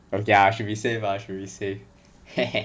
okay lah should be safe lah should be safe